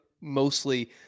mostly